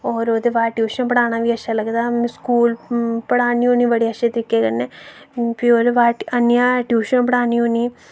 और ओह्दे बाद टयूशन पढ़ाना बी अच्छा लगदा मि स्कूल पढ़ान्नी होन्नी बड़े अच्छे तरीके कन्नै फ्ही ओह्दे बाद आह्नियै टयूशन पढ़ान्नी होन्नी